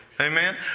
Amen